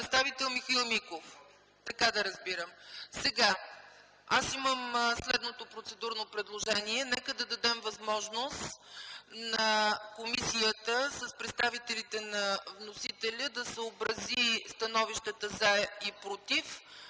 представител Михаил Миков? Така да разбирам. Имам следното процедурно предложение. Нека да дадем възможност на комисията с представителите на вносителя да съобрази становищата „за” и „против”